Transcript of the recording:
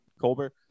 Colbert